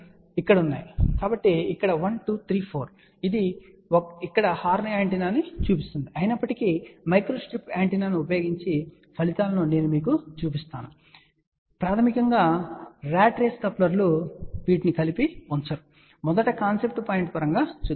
కాబట్టి ఇక్కడ 1 2 3 4 ఇది ఇక్కడ హార్న్ యాంటెన్నాను చూపిస్తుంది అయినప్పటికీ మైక్రోస్ట్రిప్ యాంటెన్నా ఉపయోగించి ఫలితాలను నేను మీకు చూపిస్తాను మరియు ఇవి ప్రాథమికంగా ర్యాట్ రేసు కప్లర్లు వీటిని కలిపి ఉంచారు కాని మొదట కాన్సెప్ట్ పాయింట్ పరంగా చూద్దాం